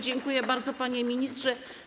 Dziękuję bardzo, panie ministrze.